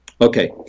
Okay